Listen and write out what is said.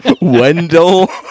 Wendell